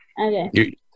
Okay